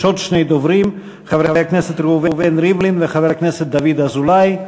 יש עוד שני דוברים: חברי הכנסת ראובן ריבלין ודוד אזולאי.